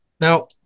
Now